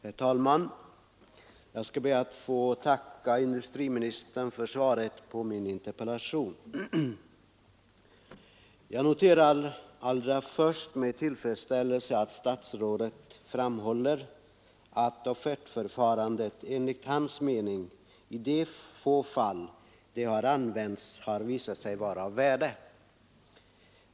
Herr talman! Jag skall be att få tacka industriministern för svaret på min interpellation. Jag noterar allra först med tillfredsställelse att statsrådet framhåller att offertförfarandet enligt hans mening i de få fall det har använts har visat sig vara av värde.